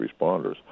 responders